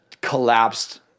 collapsed